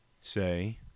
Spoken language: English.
say